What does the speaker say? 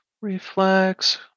reflex